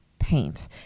paint